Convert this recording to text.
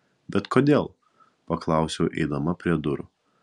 bet kodėl paklausiau eidama prie durų